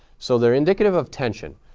so they're indicative of tension.